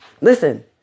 listen